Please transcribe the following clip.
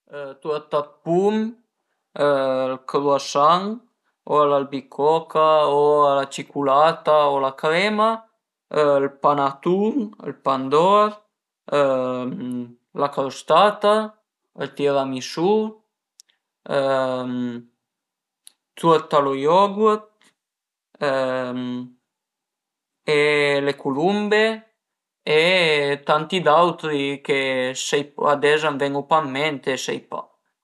La turta d'pum, ël croissant o a l'albicoca o a la ciculata o a la crema, ël panatun, ël pandor la crostata, ël tiramisù la turta a lo yogurt e le culumbe e tanti d'autri che sai ch'ades a më ven-u pa ën ment e sai pa